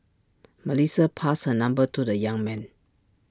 Melissa passed her number to the young man